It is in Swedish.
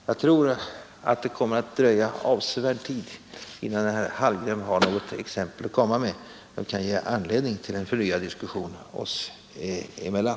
Jag tror att det kommer att dröja avsevärd tid innan herr Hallgren har något exempel att komma med som kan ge anledning till en förnyad diskussion oss emellan.